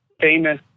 famous